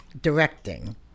directing